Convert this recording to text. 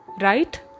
right